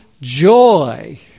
joy